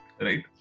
right